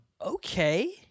Okay